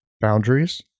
Boundaries